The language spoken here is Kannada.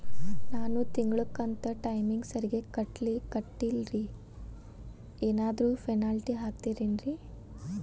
ನಾನು ತಿಂಗ್ಳ ಕಂತ್ ಟೈಮಿಗ್ ಸರಿಗೆ ಕಟ್ಟಿಲ್ರಿ ಸಾರ್ ಏನಾದ್ರು ಪೆನಾಲ್ಟಿ ಹಾಕ್ತಿರೆನ್ರಿ?